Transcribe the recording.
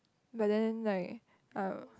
but then like um